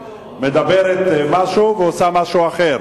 שמדברת משהו ועושה משהו אחר.